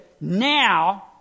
now